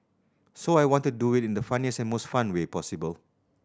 so I wanted do it in the funniest and most fun way possible